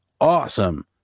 awesome